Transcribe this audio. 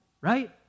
Right